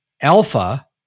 Alpha